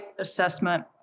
assessment